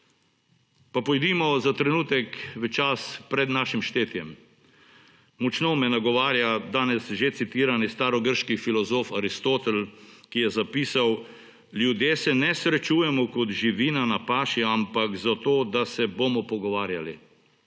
Pa pojdimo za trenutek v čas pred našim štetjem. Močno me nagovarja danes že citirani starogrški filozof Aristotel, ki je zapisal, »ljudje se ne srečujemo kot živina na paši, ampak zato, da se bomo pogovarjali«.